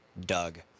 Doug